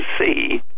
see